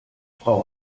frau